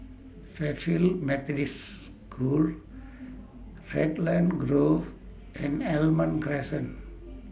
Fairfield Methodist School Raglan Grove and Almond Crescent